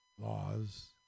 laws